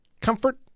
comfort